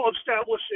establishing